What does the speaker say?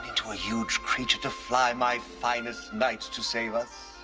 into a huge creature to fly my finest knights to save us.